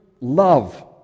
love